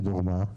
לדוגמה,